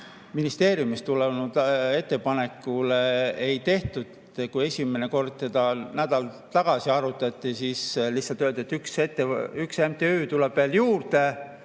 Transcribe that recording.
ministeeriumist tulnud ettepanekule ei tehtud. Kui seda esimene kord nädal tagasi arutati, siis lihtsalt öeldi, et üks MTÜ tuleb veel juurde,